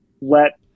let